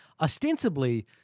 ostensibly